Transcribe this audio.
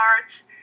art